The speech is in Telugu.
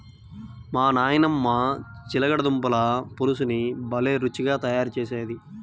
మా నాయనమ్మ చిలకడ దుంపల పులుసుని భలే రుచిగా తయారు చేసేది